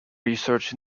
research